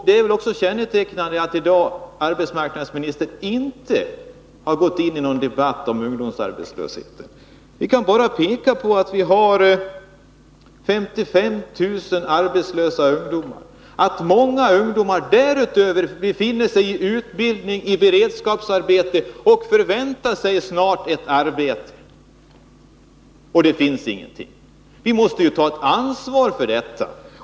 Det är också kännetecknande att arbetsmarknadsministern i dag inte har gått in i någon debatt om ungdomsarbetslösheten. Vi kan bara peka på att vi har 55 000 arbetslösa ungdomar och att många ungdomar därutöver befinner sig under utbildning eller i beredskapsarbeten och förväntar sig att snart få ett arbete — men det finns inget. Vi måste ju ta ett ansvar för detta.